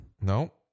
No